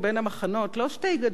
לא "שתי גדות לירדן".